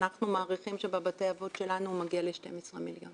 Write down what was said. אנחנו מעריכים שבבתי אבות שלנו זה מגיע ל-12 מיליון.